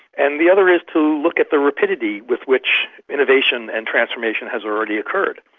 and the other is to look at the rapidity with which innovation and transformation has already occurred.